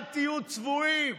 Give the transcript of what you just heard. אל תהיו צבועים.